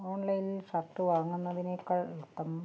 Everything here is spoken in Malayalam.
ഓൺലൈനിൽ ഷർട്ട് വാങ്ങുന്നതിനേക്കാൾ ഉത്തമം